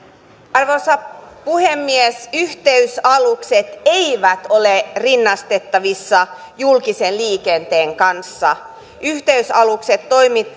arvoisa puhemies yhteysalukset eivät ole rinnastettavissa julkisen liikenteen kanssa yhteysalukset toimivat